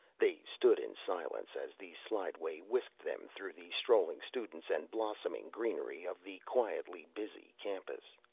they stood in silence as the slideway whisked them through the strolling students and blossoming greenery of the quietly-busy campus.